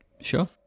Sure